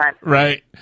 right